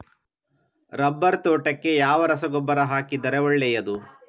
Rubber ತೋಟಕ್ಕೆ ಯಾವ ರಸಗೊಬ್ಬರ ಹಾಕಿದರೆ ಒಳ್ಳೆಯದು?